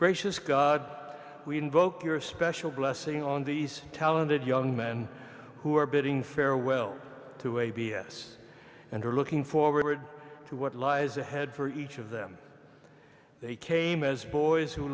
gracious god we invoke your special blessing on these talented young men who are bidding farewell to abs and are looking forward to what lies ahead for each of them they came as boys who